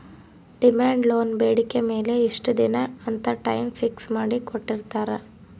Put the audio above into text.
demand loan ಬೇಡಿಕೆ ಮೇಲೆ ಇಷ್ಟ ದಿನ ಅಂತ ಟೈಮ್ ಫಿಕ್ಸ್ ಮಾಡಿ ಕೋಟ್ಟಿರ್ತಾರಾ